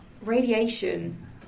radiation